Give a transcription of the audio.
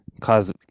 cause